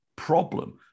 Problem